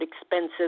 expensive